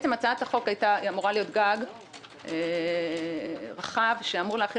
הצעת החוק אמורה להיות גג רחב שאמור להכיל